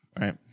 Right